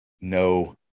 no